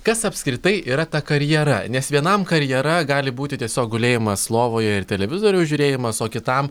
kas apskritai yra ta karjera nes vienam karjera gali būti tiesiog gulėjimas lovoje ir televizoriaus žiūrėjimas o kitam